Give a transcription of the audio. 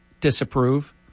disapprove